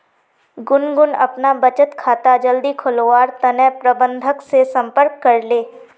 गुनगुन अपना बचत खाता जल्दी खोलवार तने प्रबंधक से संपर्क करले